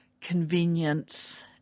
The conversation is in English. convenience